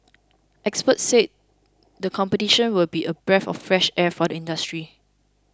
experts said the competition will be a breath of fresh air for the industry